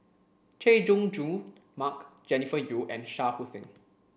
Chay Jung Jun Mark Jennifer Yeo and Shah Hussain